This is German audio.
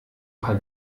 paar